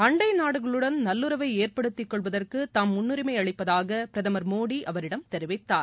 அண்டை நாடுகளுடன் நல்லுறவை ஏற்படுத்தி கொள்வதற்கு தாம் முன்னுரிமை அளிப்பதாக பிரதமர் மோதி அவரிடம் தெரிவித்தார்